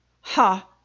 Ha